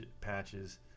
patches